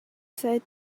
said